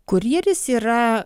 kurjeris yra